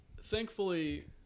thankfully